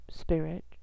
spirit